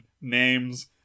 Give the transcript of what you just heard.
names